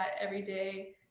everyday